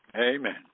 Amen